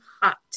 hot